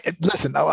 Listen